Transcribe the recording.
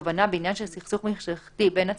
תובענה בעניין של סכסוך משפחתי בין הצדדים,